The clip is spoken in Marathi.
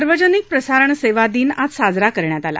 सार्वजनिक प्रसारणसेवा दिन आज साजरा करण्यात आला